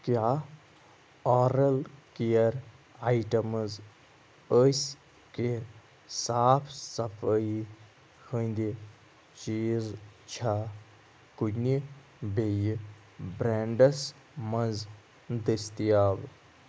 کیٛاہ oral care items ٲس کہِ صاف صفٲیی ہٕنٛدِ چیٖز چھا کُنہِ بیٚیہِ برٛنڈس منٛز دٔستیاب